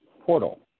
portal